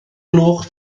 gloch